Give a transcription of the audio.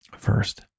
First